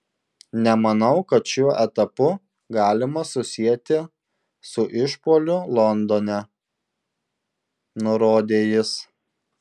nemanau kad šiuo etapu galima susieti su išpuoliu londone nurodė jis